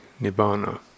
Nibbana